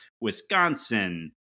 Wisconsin